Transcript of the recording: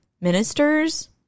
ministers